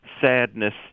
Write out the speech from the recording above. sadness